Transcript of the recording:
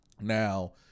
Now